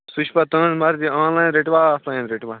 سُہ چھِ پتہٕ تُہٕنٛز مرضی آن لایِن رٔٹوا آف لایِن رٔٹوا